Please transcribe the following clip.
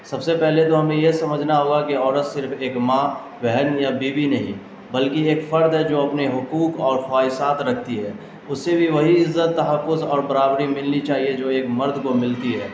سب سے پہلے تو ہمیں یہ سمجھنا ہوگا کہ عورت صرف ایک ماں بہن یا بیوی نہیں بلکہ ایک فرد ہے جو اپنے حقوق اور خواہشات رکھتی ہے اس سے بھی وہی عزت تحفظ اور برابری ملنی چاہیے جو ایک مرد کو ملتی ہے